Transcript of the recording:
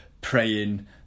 praying